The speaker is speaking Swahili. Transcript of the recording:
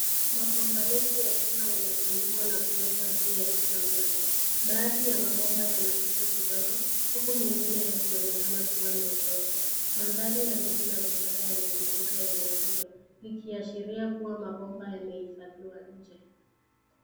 Mabomba mengi ya chuma yametundikwa na kuwekwa juu ya kila mmoja ,baadhi ya mabomba yana kutu kidogo huku mengine yakionekana kuwa na udongo, mandhari ya miti na vichaka yamezunguka eneo hilo likiashiria kuwa mabomba yamehifadhiwa nje.